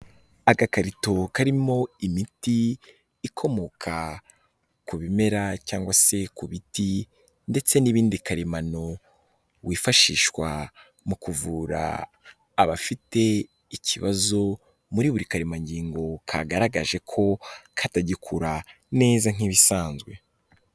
Agakarito karimo imiti ikomoka ku bimera cyangwa se ku biti ndetse n'ibindi karemano, wifashishwa mu kuvura abafite ikibazo muri buri karemangingo kagaragaje ko katagikura neza nk'ibisanzwe.